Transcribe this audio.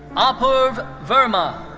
arpuv verma.